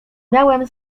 miałem